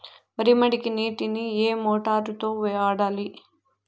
వరి మడికి నీటిని ఏ మోటారు తో వాడాలి?